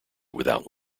without